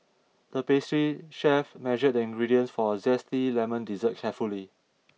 the pastry chef measured the ingredients for a Zesty Lemon Dessert carefully